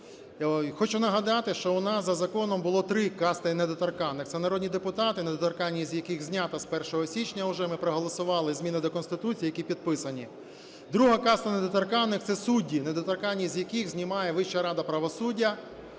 Хочу нагадати, що у нас за законом було три касти недоторканних. Це народні депутати, недоторканність з яких знята з 1 січня вже, ми проголосували зміни до Конституції, які підписані. Друга каста недоторканних – це судді, недоторканність яких знімає Вища рада правосуддя.